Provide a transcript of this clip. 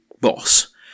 boss